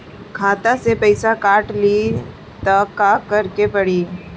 खाता से पैसा काट ली त का करे के पड़ी?